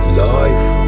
life